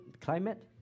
climate